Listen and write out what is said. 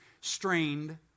strained